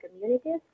communities